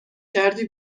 کردی